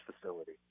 facility